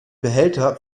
behälter